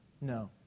No